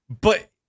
but-